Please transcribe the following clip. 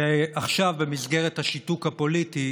ועכשיו במסגרת השיתוק הפוליטי